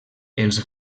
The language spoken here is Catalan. els